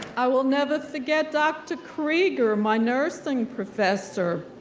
i will never forget dr. krieger, my nursing professor,